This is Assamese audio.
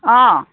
অঁ